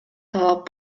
талап